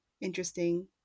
interesting